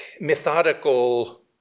methodical